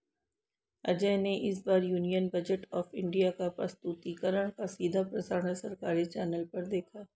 अजय ने इस बार यूनियन बजट ऑफ़ इंडिया का प्रस्तुतिकरण का सीधा प्रसारण सरकारी चैनल पर देखा